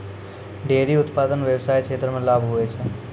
dairy उप्तादन व्याबसाय क्षेत्र मे लाभ हुवै छै